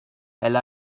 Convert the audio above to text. elle